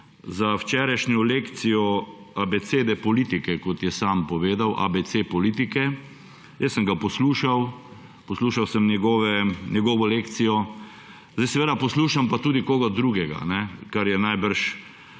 za včerajšnjo lekcijo abecede politike, kot je sam povedal, ABC politike. Jaz sem ga poslušal, poslušal sem njegovo lekcijo, poslušam pa tudi koga drugega, ker je najbrž